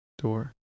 door